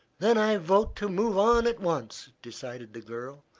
then i vote to move on at once, decided the girl.